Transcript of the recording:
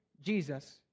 Jesus